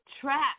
trap